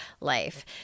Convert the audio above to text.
life